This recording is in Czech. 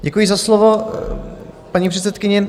Děkuji za slovo, paní předsedkyně.